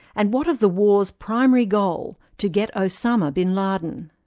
and what of the war's primary goal to get osama bin laden?